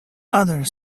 other